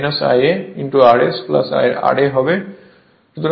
সুতরাং এই Eb V Ia RS ra হবে